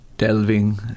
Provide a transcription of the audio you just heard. Delving